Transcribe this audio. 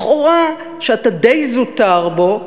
לכאורה שאתה די זוטר בו,